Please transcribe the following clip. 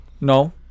No